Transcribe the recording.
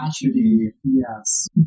Yes